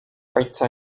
ojca